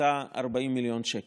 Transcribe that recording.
הקצתה 40 מיליון שקל.